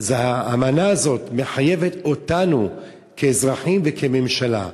האמנה הזאת מחייבת אותנו כאזרחים וכממשלה.